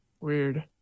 Weird